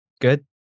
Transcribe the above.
good